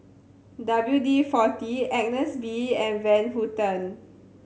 W D Forty Agnes B and Van Houten